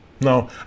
No